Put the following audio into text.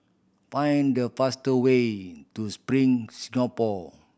find the fast way to Spring Singapore